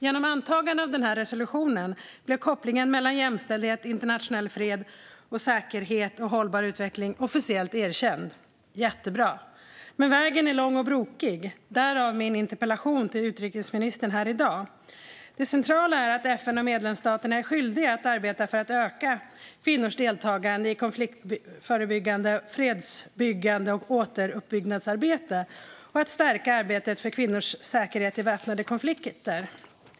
Genom antagandet av denna resolution blev kopplingen mellan jämställdhet, internationell fred och säkerhet och hållbar utveckling officiellt erkänd - jättebra! Men vägen är lång och brokig, därav min interpellation till utrikesministern här i dag. Det centrala är att FN och medlemsstaterna är skyldiga att arbeta för att öka kvinnors deltagande i konfliktförebyggande och fredsbyggande arbete samt återuppbyggnadsarbete och att stärka arbetet för kvinnors säkerhet i väpnade konflikter.